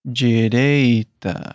direita